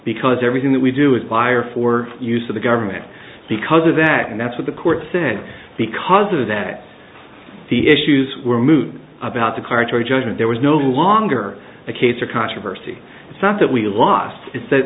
because everything that we do is buyer for use of the government because of that and that's what the court said because of that the issues were moot about the carcieri judgement there was no longer a case or controversy it's not that we lost it